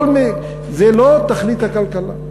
כל מי, זה לא תכלית הכלכלה.